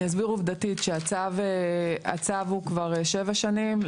אני אסביר עובדתית שהצו הוא כבר שבע שנים,